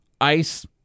ice